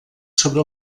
sobre